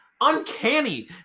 uncanny